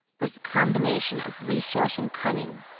was the combination of resource and cunning,